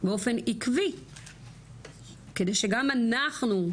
באופן עקבי כדי שגם אנחנו,